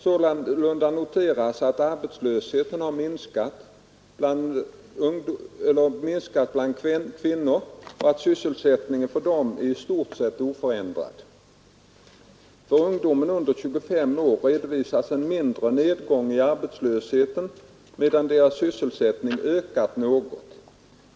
Sålunda noteras att arbetslösheten har minskat bland kvinnor och att sysselsättningen för dem är i stort sett oförändrad, För ungdomar under 25 år redovisas en mindre nedgång i arbetslöshet, medan deras sysselsättning ökat något.